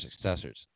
successors